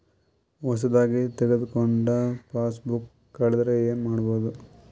ಹೊಸದಾಗಿ ತೆಗೆದುಕೊಂಡ ಪಾಸ್ಬುಕ್ ಕಳೆದರೆ ಏನು ಮಾಡೋದು?